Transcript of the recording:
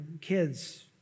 kids